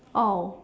oh